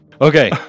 Okay